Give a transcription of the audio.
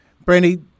Brandy